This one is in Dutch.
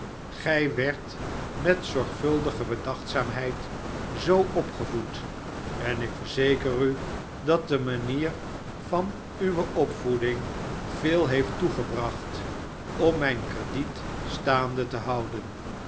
gij werdt met zorgvuldige bedachtzaamheid zoo opgevoed en ik verzeker u dat de manier van uwe opvoeding veel heeft toegebracht om mijn crediet staande te houden